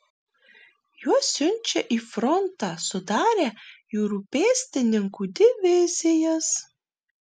juos siunčia į frontą sudarę jūrų pėstininkų divizijas